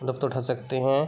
लुत्फ़ उठा सकते हैं